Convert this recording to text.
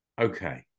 Okay